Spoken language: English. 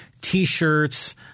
T-shirts